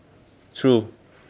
true